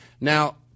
Now